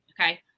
okay